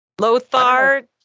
Lothar